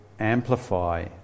Amplify